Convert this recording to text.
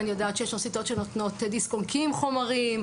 אני יודעת שיש אוניברסיטאות שנותנות דיסק און-קי עם חומרים.